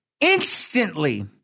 instantly